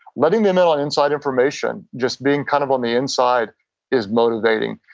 letting them in on inside information. just being kind of on the inside is motivating.